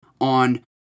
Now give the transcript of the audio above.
on